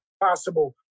possible